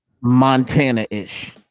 Montana-ish